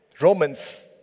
Romans